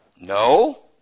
No